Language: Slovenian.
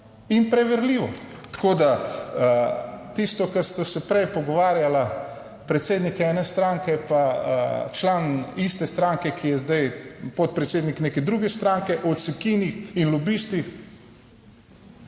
in preverljivo, tako da tisto, kar sva se prej pogovarjala, predsednik ene stranke, pa član iste stranke, ki je zdaj podpredsednik neke druge stranke, o cekinih in lobistih,